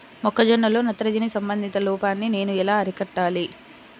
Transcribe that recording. మొక్క జొన్నలో నత్రజని సంబంధిత లోపాన్ని నేను ఎలా అరికట్టాలి?